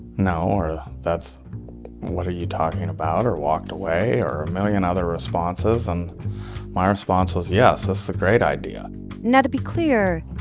no, or that's what are you talking about, or walked away or a million other responses. and my response was, yes, this is a great idea now, to be clear,